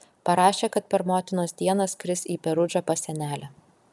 parašė kad per motinos dieną skris į perudžą pas senelę